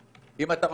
אם אתה רוצה,